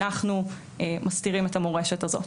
אנחנו מסתירים את המורשת הזאת.